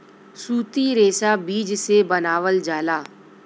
सूती रेशा बीज से बनावल जाला